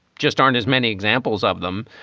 just aren't as many examples of them.